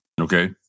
Okay